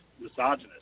misogynist